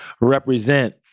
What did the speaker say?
represent